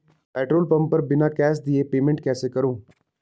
Petrol pump पर बिना cash दिए पेमेंट कैसे करूँ?